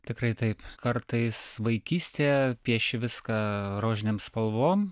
tikrai taip kartais vaikystė pieši viską rožinėm spalvom